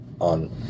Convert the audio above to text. on